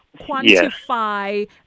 quantify